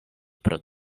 pro